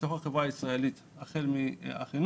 בתוך החברה הישראלית, החל מחינוך,